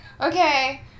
Okay